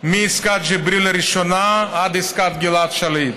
מעסקת ג'יבריל הראשונה ועד עסקת גלעד שליט.